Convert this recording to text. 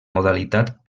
modalitat